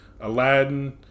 Aladdin